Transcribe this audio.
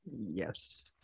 yes